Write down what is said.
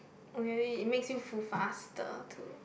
or maybe it makes you full faster too